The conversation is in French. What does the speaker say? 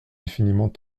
définitivement